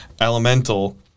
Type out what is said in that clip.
Elemental